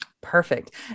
Perfect